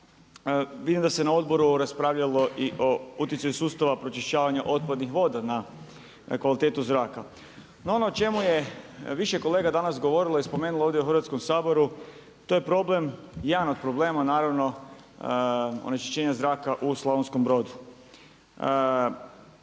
vidim da se na odboru raspravljalo i o utjecaju sustava pročišćavanja otpadnih voda na kvalitetu zraka. No ono o čemu je danas više kolega govorilo i spomenulo ovdje u Hrvatskom saboru, to je problem, jedan od problema onečišćenja zraka u Slavonskom Brodu.